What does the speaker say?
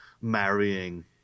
marrying